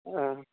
हा